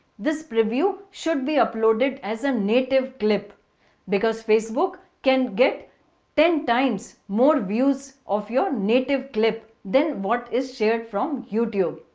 this preview should be uploaded as a um native clip because facebook can get ten times more views of your native clip than what is shared from youtube.